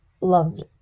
loved